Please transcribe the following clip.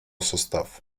состав